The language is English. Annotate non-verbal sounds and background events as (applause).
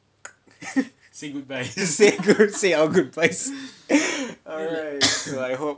say our goodbyes (laughs) alright I hope